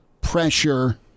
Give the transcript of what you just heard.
pressure